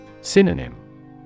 Synonym